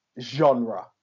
genre